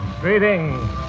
Greetings